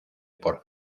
por